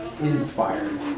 inspired